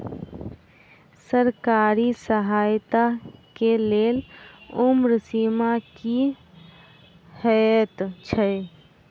सरकारी सहायता केँ लेल उम्र सीमा की हएत छई?